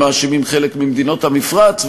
מאשימים חלק ממדינות המפרץ,